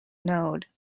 node